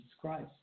Christ